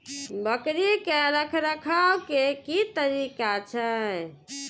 बकरी के रखरखाव के कि तरीका छै?